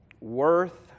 worth